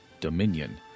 Dominion